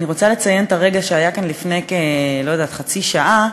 אני רוצה לציין את הרגע שהיה כאן לפני כחצי שעה.